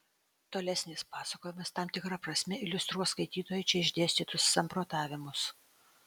tolesnis pasakojimas tam tikra prasme iliustruos skaitytojui čia išdėstytus samprotavimus